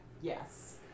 Yes